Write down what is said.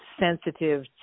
sensitive